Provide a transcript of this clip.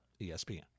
ESPN